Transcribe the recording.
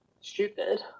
stupid